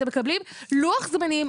אתם מקבלים לוח זמנים,